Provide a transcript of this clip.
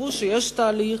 שיחשבו שיש תהליך,